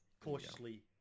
cautiously